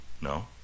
No